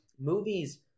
Movies